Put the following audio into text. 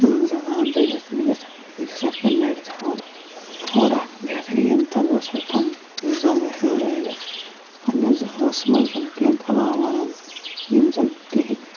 زنان رٔلِتھ مِلِتھ أکِس اَکھ پٮ۪ٹھ نَرِ تھا وان اور اَکھ بہتریٖن طرزَس پٮ۪ٹھ پَنُن زَنٛگہٕ ہِلرٲوِتھ پنٛنہِ زٕ ٲسہٕ منٛز کینٛہہ کلام وَنان یِم زَن تِہِنٛدۍ